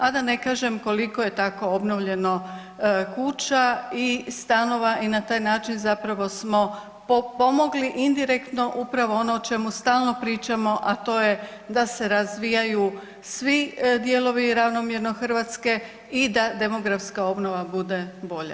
A da ne kažemo koliko je tako obnovljeno kuća i stanova i na taj način zapravo smo pomogli indirektno upravo ono što stalno pričamo, a to je da se razvijaju svi dijelovi ravnomjerno Hrvatske i da demografska obnova bude bolja.